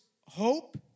hope